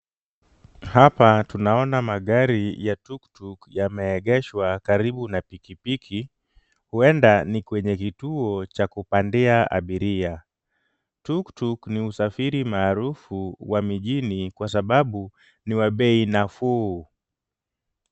Hapa tunaona magari ya tuktuk yameegeshwa karibu na pikipiki, huenda ni kwenye kituo cha kupandia abiria. Tuktuk ni usafiri maarufu wa mijini kwa sababu ni wa bei nafuu.